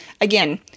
Again